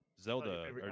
Zelda